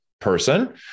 person